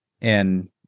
And-